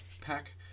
pack